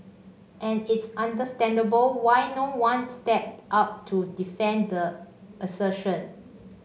and it's understandable why no one stepped up to defend the assertion